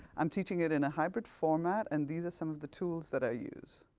i'm teaching it in a hybrid format, and these are some of the tools that i use.